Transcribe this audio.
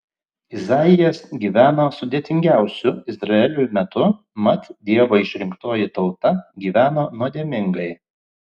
izaijas gyveno sudėtingiausiu izraeliui metu mat dievo išrinktoji tauta gyveno nuodėmingai